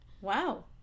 Wow